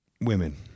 Women